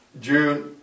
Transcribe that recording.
June